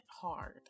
hard